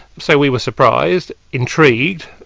so we were surprised, intrigued,